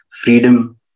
freedom